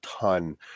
ton